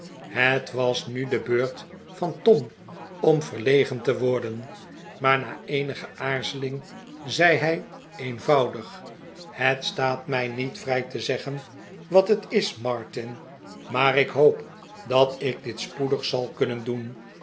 het was nu de beurt van tom om verlegen te worden maar na eenige aarzeling zei hij eenvoudig het staat mij niet vrij te zeggen wat het is martin maar ik hoop dat ik dit spoedig zal kunnen doen